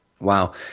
Wow